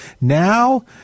now